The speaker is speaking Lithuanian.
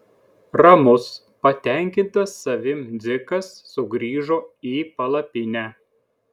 ramus patenkintas savimi dzikas sugrįžo į palapinę